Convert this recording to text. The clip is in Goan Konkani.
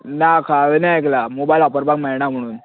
ना हांवेंनूय आयकलां मोबायल वापरपाक मेळना म्हणून